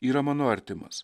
yra mano artimas